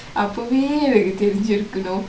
அப்பவே எனக்கு தெரின்ஜுருக்கனு:appave enakku therinjurukkanu